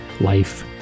life